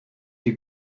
die